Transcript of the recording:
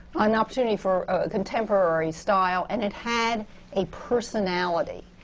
an opportunity for a contemporary style, and it had a personality.